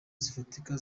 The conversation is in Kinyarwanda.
zifatika